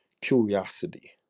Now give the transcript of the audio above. curiosity